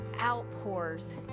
outpours